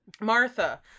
Martha